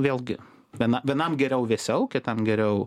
vėlgi viena vienam geriau vėsiau kitam geriau